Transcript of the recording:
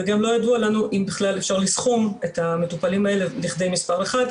וגם לא ידוע לנו אם בכלל אפשר לסכום את המטופלים לכדי מספר אחד,